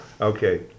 Okay